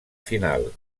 final